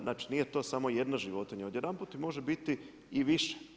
Znači nije to samo jedna životinja, odjedanput ih može biti i više.